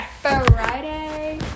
Friday